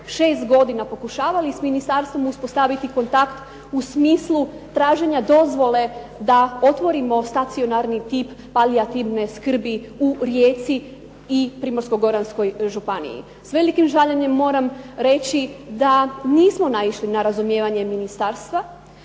šest godina pokušavali s ministarstvom uspostaviti kontakt u smislu traženja dozvole da otvorimo stacionarni tip palijativne skrbi u Rijeci i Primorsko-goranskoj županiji. S velikim žaljenjem moram reći da nismo naišli na razumijevanje ministarstva,